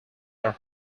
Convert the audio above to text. are